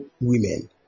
women